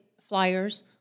flyers